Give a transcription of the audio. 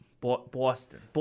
Boston